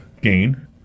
gain